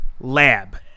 lab